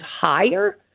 higher